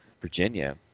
Virginia